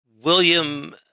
William